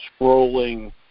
scrolling